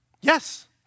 Yes